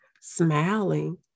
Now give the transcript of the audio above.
smiling